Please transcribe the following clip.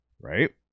right